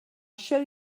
show